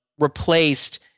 replaced